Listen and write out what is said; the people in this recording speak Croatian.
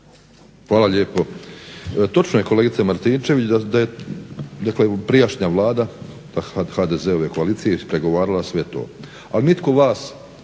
Hvala lijepo. Točno je kolegice Martinčević da je prijašnja vlada HDZ-ove koalicije ispregovarala sve to,